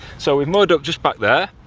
so we've moored up just back there,